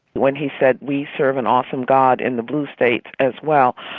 when he said we serve an awesome god in the blue states as well,